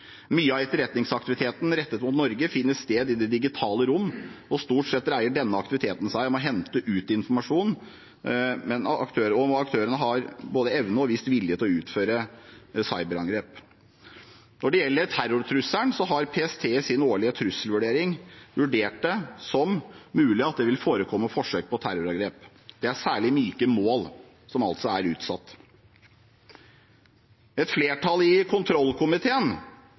Mye av etterretningsaktiviteten rettet mot Norge finner sted i det digitale rom. Stort sett dreier denne aktiviteten seg om å hente ut informasjon, og aktørene har både evne og vist at de har vilje til å utføre cyberangrep. Når det gjelder terrortrusselen, har PST i sin årlige trusselvurdering vurdert det som «mulig at det vil forekomme forsøk på terrorangrep». Det er særlig myke mål som er utsatt. Et flertall i kontrollkomiteen